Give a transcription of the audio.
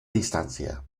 distancia